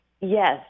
Yes